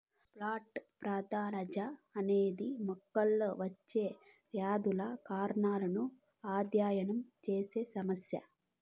plant pathology అనేది మొక్కల్లో వచ్చే వ్యాధుల కారణాలను అధ్యయనం చేసే శాస్త్రం